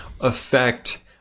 affect